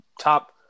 top